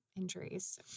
injuries